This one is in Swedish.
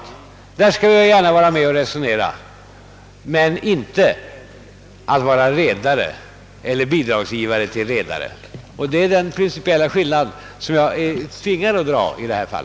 I denna fråga skall vi gärna vara med och diskutera, men vi vill inte vara redare eller bidragsgivare till redare. Det är denna principiella skillnad jag är tvingad att framhålla i detta fall.